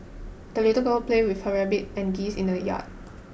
the little girl played with her rabbit and geese in the yard